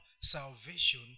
salvation